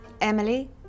Emily